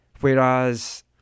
Whereas